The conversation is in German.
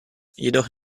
jedoch